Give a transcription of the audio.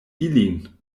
ilin